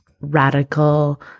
radical